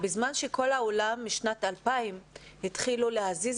בזמן שכל העולם משנת 2000 התחילו להזיז